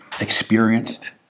experienced